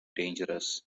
dangerous